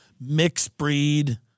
mixed-breed